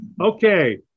Okay